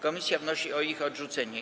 Komisja wnosi o ich odrzucenie.